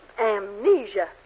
Amnesia